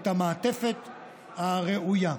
את המעטפת הראויה.